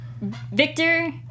Victor